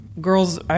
girls